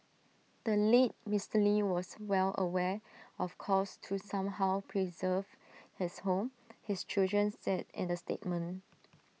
the late Mister lee was well aware of calls to somehow preserve his home his children said in the statement